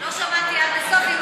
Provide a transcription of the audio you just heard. לא שמעתי עד הסוף.